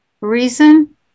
reason